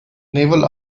naval